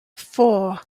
four